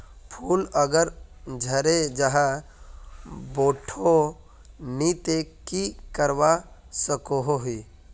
फूल अगर झरे जहा बोठो नी ते की करवा सकोहो ही?